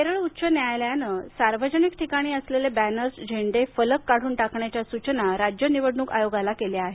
केरळ उच्च न्यायालयानं सार्वजनिक ठिकाणी असलेले बॅनर्स झेंडे फलक काढून टाकण्याच्या सूचना राज्य निवडणूक आयोगाला केल्या आहेत